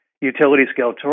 utility-scale